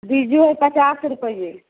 बीजु है पचास रुपैआ